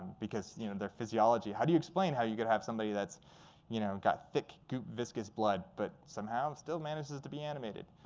because and their physiology. how do you explain how you could have somebody that's you know got thick, goop, viscous blood but somehow still manages to be animated?